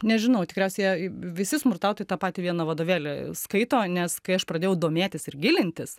nežinau tikriausiai visi smurtautojai tą patį vieną vadovėlį skaito nes kai aš pradėjau domėtis ir gilintis